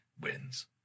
wins